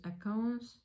accounts